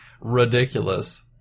ridiculous